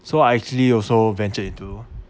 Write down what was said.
so I actually also venture into